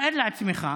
תאר לעצמך,